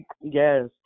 Yes